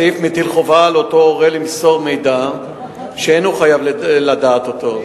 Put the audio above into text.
הסעיף מטיל חובה על אותו הורה למסור מידע שאין הוא חייב לדעת אותו,